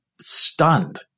stunned